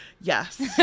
yes